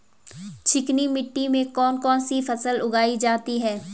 चिकनी मिट्टी में कौन कौन सी फसल उगाई जाती है?